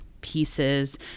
pieces